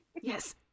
Yes